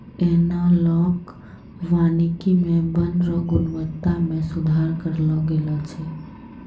एनालाँक वानिकी मे वन रो गुणवत्ता मे सुधार करलो गेलो छै